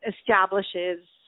establishes